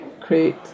create